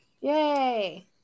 yay